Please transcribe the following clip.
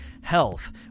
Health